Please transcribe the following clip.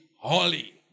holy